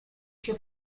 się